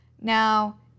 Now